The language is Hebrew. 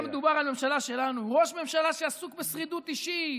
מדובר על ממשלה שלנו: ראש ממשלה שעסוק בשרידות אישית